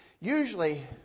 Usually